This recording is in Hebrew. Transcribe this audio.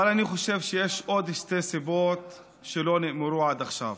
אבל אני חושב שיש עוד שתי סיבות שלא נאמרו עד עכשיו: